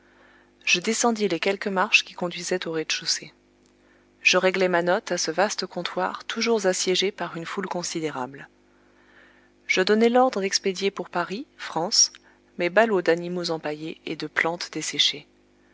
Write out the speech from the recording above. je descendis les quelques marches qui conduisaient au rez-de-chaussée je réglai ma note à ce vaste comptoir toujours assiégé par une foule considérable je donnai l'ordre d'expédier pour paris france mes ballots d'animaux empaillés et de plantes desséchées